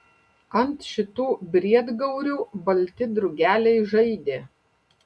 ant šitų briedgaurių balti drugeliai žaidė